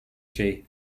şey